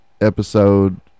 episode